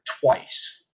twice